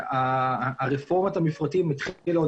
שרפורמת המפרטים התחילה עוד